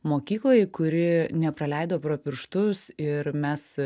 mokyklai kuri nepraleido pro pirštus ir mes